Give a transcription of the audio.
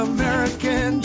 American